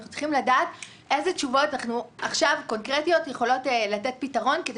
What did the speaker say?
אנחנו צריכים לדעת עכשיו איזה תשובות קונקרטיות יכולות לתת פתרון כדי